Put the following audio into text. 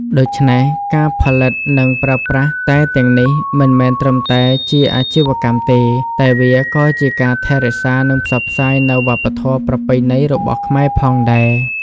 ដូច្នេះ ការផលិតនិងប្រើប្រាស់តែទាំងនេះមិនមែនត្រឹមតែជាអាជីវកម្មទេ តែវាក៏ជាការថែរក្សានិងផ្សព្វផ្សាយនូវវប្បធម៌ប្រពៃណីរបស់ខ្មែរផងដែរ។